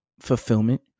fulfillment